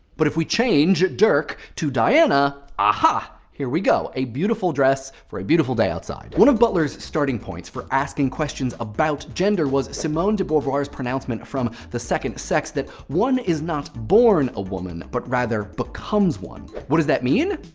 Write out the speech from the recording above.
but if we change dirk to diana, aha, here we go, a beautiful dress for a beautiful day outside. one of butler's starting points for asking questions about gender was simone de beauvoir's pronouncement from the second sex that one is not born a woman but rather becomes one. what does that mean?